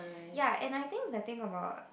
ya and I think the thing about